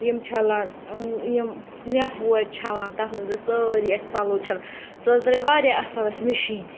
یِم چھَلان یِم لینٛفہٕ وورِ چھَلان تَتھ منٛز حظ سٲری اَسہِ پَلو چھَل سُہ حظ درٛاے واریاہ اَصٕل اَسہِ مِشیٖن